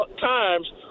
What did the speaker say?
times –